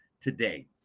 today